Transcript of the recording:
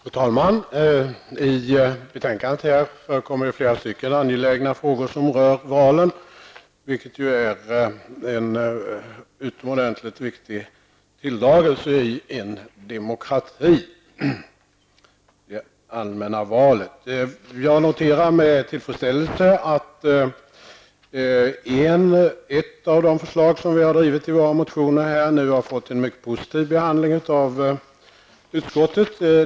Fru talman! I betänkandet behandlas flera angelägna frågor som rör valen. De allmänna valen är ju en utomordentligt viktig tilldragelse i en demokrati. Jag noterar med tillfredsställelse att ett av de förslag som vi har drivit i våra motioner har fått en mycket positiv behandling av utskottet.